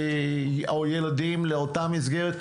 או ילדים לאותה מסגרת,